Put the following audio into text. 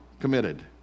committed